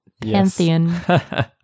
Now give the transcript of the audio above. Pantheon